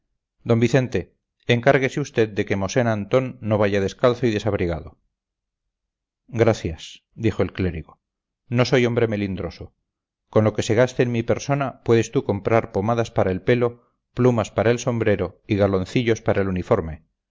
d vicente encárguese usted de que mosén antón no vaya descalzo y desabrigado gracias dijo el clérigo no soy hombre melindroso con lo que se gaste en mi persona puedes tú comprar pomadas para el pelo plumas para el sombrero y galoncillos para el uniforme